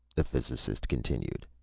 the physicist continued.